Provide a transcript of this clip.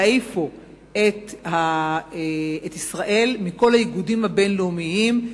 יעיפו את ישראל מכל האיגודים הבין-לאומיים,